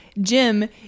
Jim